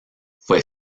fue